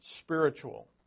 spiritual